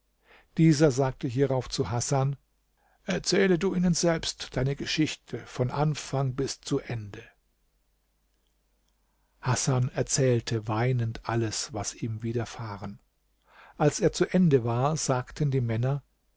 dieser sagte hierauf zu hasan erzähle du ihnen selbst deine geschichte von anfang bis zu ende hasan erzählte weinend alles was ihm widerfahren als er zu ende war sagten die männer